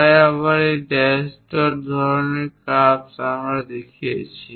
তাই আবার dash dot ধরনের কার্ভস আমরা দেখিয়েছি